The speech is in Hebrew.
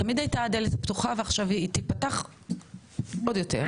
תמיד הייתה הדלת פתוחה ועכשיו היא תיפתח עוד יותר,